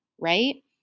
right